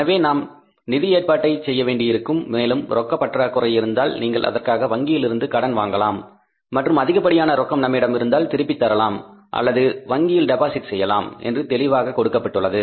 எனவே நாம் நிதி ஏற்பாட்டைச் செய்ய வேண்டியிருக்கும் மேலும் ரொக்க பற்றாக்குறை இருந்தால் நீங்கள் அதற்காக வங்கியில் இருந்து கடன் வாங்கலாம் மேலும் அதிகப்படியான ரொக்கம் நம்மிடம் இருந்தால் திருப்பித் தரலாம் அல்லது வங்கியில் டெபாசிட் செய்யலாம் என்று தெளிவாகக் கொடுக்கப்பட்டுள்ளது